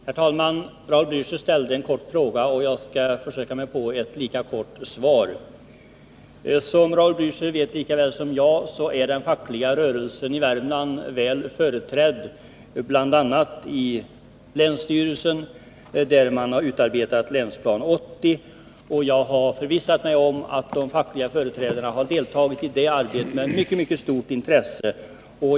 Herr talman! Raul Blächer ställde en kort fråga, och jag skall försöka mig på ett lika kort svar. Som Raul Blicher lika väl som jag vet är den fackliga rörelsen i Värmland väl företrädd bl.a. ilänstyrelsen, där man har utarbetat Länsplan 80. Jag har förvissat mig om att de fackliga företrädarna har deltagit i det arbetet, och det har vi gjort med mycket stort intresse.